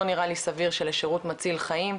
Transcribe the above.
לא נראה לי סביר שלשירות מציל חיים,